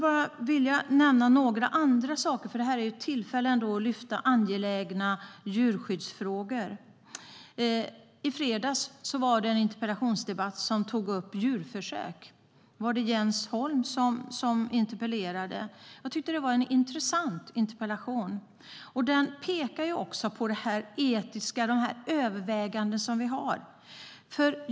Jag ska nämna några andra saker eftersom detta är ett tillfälle att lyfta fram angelägna djurskyddsfrågor. I fredags var det en interpellationsdebatt om djurförsök. Det var Jens Holm som interpellerade. Det var en intressant interpellation. I interpellationen pekades det på de etiska överväganden som måste göras.